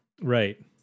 right